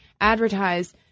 advertise